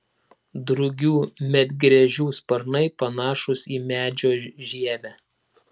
drugių medgręžių sparnai panašūs į medžio žievę